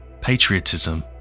Patriotism